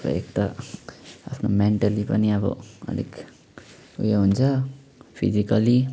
अब एक त आफ्नो मेन्टली पनि अब अलिक उयो हुन्छ फिजिकली